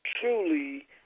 Truly